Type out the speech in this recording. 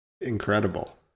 Incredible